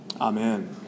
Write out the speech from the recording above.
Amen